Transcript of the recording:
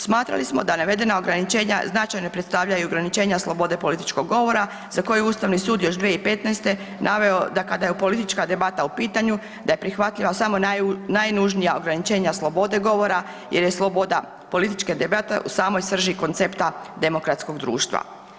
Smatrali smo da navedena ograničenja značajno predstavljaju ograničenja slobode političkog govora za koje je Ustavni sud još 2015. naveo da kada je politička debata u pitanju da je prihvatljiva samo najnužnija ograničenja slobode govore jer je sloboda političke debate u samoj srži koncepta demokratskog društva.